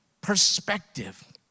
perspective